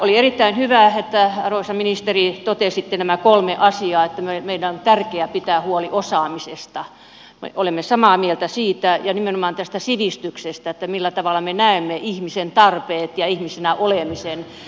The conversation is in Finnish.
oli erittäin hyvä arvoisa ministeri että totesitte nämä kolme asiaa että meidän on tärkeää pitää huoli osaamisesta me olemme samaa mieltä siitä ja nimenomaan tästä sivistyksestä että millä tavalla me näemme ihmisen tarpeet ja ihmisenä olemisen